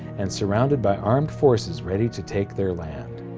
and surrounded by armed forces ready to take their land.